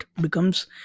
becomes